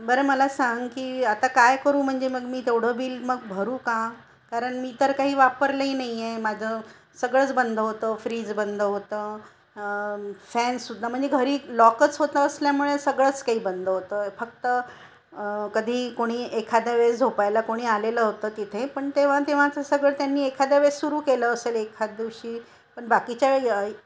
बरं मला सांग की आता काय करू म्हणजे मग मी तेवढं बिल मग भरू का कारण मी तर काही वापरलंही नाही आहे माझं सगळंच बंद होतं फ्रीज बंद होतं फॅन सुद्धा म्हणजे घरी लॉकच होतं असल्यामुळे सगळंच काही बंद होतं फक्त कधी कोणी एखाद्या वेळेस झोपायला कोणी आलेलं होतं तिथे पण तेव्हा तेव्हाचं सगळं त्यांनी एखाद्या वेळेस सुरू केलं असेल एखाद दिवशी पण बाकीच्या य